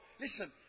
Listen